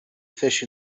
fish